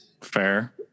fair